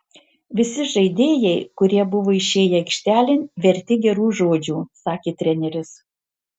visi žaidėjai kurie buvo išėję aikštelėn verti gerų žodžių sakė treneris